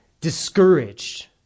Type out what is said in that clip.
discouraged